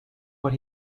what